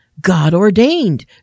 God-ordained